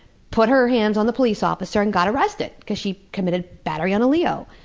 put her hands on the police officer and got arrested, because she committed battery on a leo.